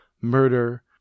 murder